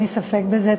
אין לי ספק בזה.